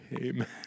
Amen